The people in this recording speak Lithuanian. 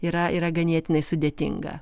yra yra ganėtinai sudėtinga